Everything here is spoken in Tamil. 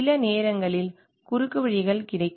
சில நேரங்களில் குறுக்குவழிகள் கிடைக்கும்